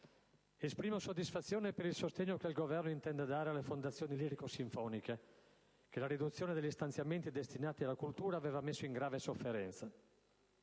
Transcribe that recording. Esprimo soddisfazione per il sostegno che il Governo intende dare alle fondazioni lirico sinfoniche, che la riduzione degli stanziamenti destinati alla cultura aveva messo in grave sofferenza.